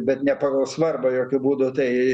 bet ne pagal svarbą jokiu būdu tai